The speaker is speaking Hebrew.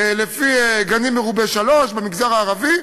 לפי גנים מרובי ילדים בני שלוש במגזר הערבי.